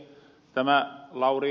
tämä ed